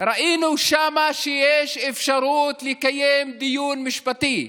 וראינו שם שיש אפשרות לקיים דיון משפטי.